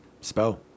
Spell